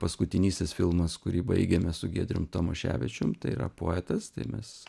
paskutinysis filmas kurį baigėme su giedrium tamoševičium tai yra poetas tai mes